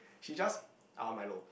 she just I want milo